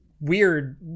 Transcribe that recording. Weird